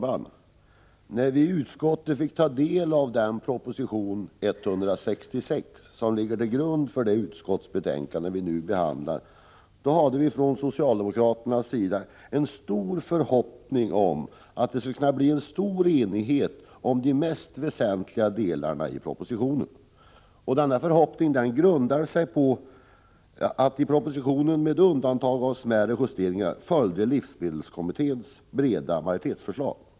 Herr talman! Vid behandlingen i utskottet av proposition 166, som ligger till grund för det utskottsbetänkande som nu diskuteras, hoppades vi från socialdemokraternas sida på en stor enighet om de mest väsentliga delarna i propositionen. Denna förhoppning grundade sig på att propositionen, med undantag för smärre kompletteringar, följde livsmedelskommitténs av en bred majoritet framlagda förslag.